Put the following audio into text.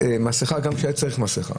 מסכה גם כשהיה צריך מסכה.